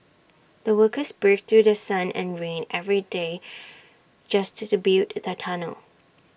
the workers braved through sun and rain every day just to to build the tunnel